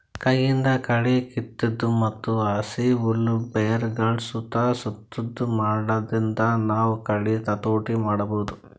ಕೈಯಿಂದ್ ಕಳಿ ಕಿತ್ತದು ಮತ್ತ್ ಹಸಿ ಹುಲ್ಲ್ ಬೆರಗಳ್ ಸುತ್ತಾ ಸುತ್ತದು ಮಾಡಾದ್ರಿಂದ ನಾವ್ ಕಳಿ ಹತೋಟಿ ಮಾಡಬಹುದ್